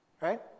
Right